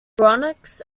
bronx